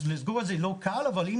אז לא קל לסגור את זה.